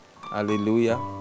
Hallelujah